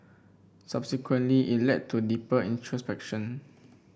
subsequently it led to deeper introspection